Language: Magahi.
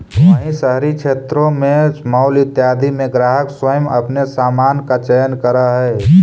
वहीं शहरी क्षेत्रों में मॉल इत्यादि में ग्राहक स्वयं अपने सामान का चयन करअ हई